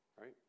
Right